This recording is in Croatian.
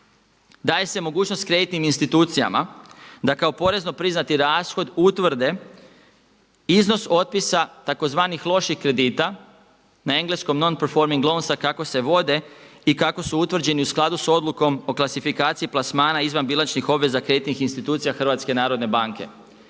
daje se mogućnost kreditnim institucijama da kao porezno priznati rashod utvrde iznos otpisa tzv. loših kredita na engleskom non preforming loans kako se vode i kako su utvrđeni u skladu s odlukom o klasifikaciji plasmana izvan bilančnih obveza kreditnih institucija HNB-a. Taj